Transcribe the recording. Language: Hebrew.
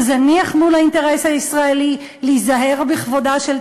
הוא זניח מול האינטרס הישראלי להיזהר בכבודה של